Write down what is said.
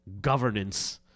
governance